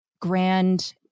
grand